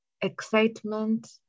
excitement